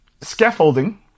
scaffolding